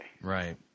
Right